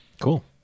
Cool